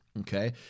okay